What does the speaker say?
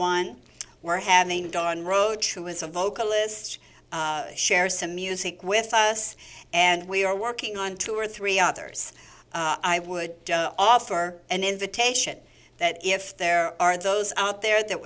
one we're having gone roach who was a vocalist share some music with us and we are working on two or three others i would offer an invitation that if there are those out there that